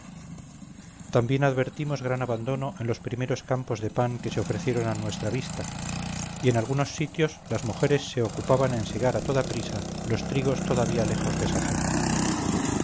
también advertimos gran abandono en los primeros campos de pan que se ofrecieron a nuestra vista y en algunos sitios las mujeres se ocupaban en segar a toda prisa los trigos todavía lejos de sazón